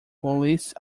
police